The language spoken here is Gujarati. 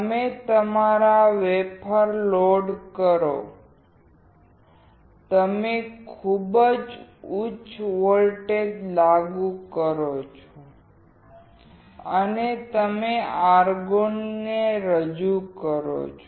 તમે તમારા વેફર લોડ કરો તમે ખૂબ જ ઉચ્ચ વોલ્ટેજ લાગુ કરો છો અને તમે આર્ગોન રજૂ કરો છો